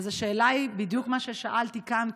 אז השאלה היא בדיוק מה ששאלתי כאן,